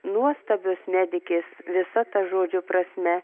nuostabios medikės visa ta žodžio prasme